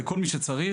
לכל מי שצריך,